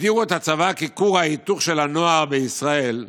הגדירו את הצבא ככור ההיתוך של הנוער בישראל,